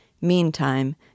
Meantime